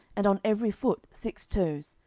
and on every foot six toes,